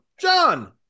John